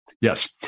Yes